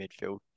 midfield